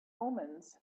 omens